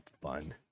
fun